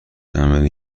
عملی